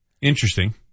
Interesting